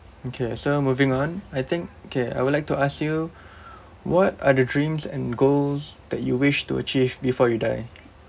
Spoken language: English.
okay so moving on I think okay I would like to ask you what are the dreams and goals that you wish to achieve before you die